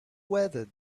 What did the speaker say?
weather